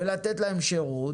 ולתת להן שירות,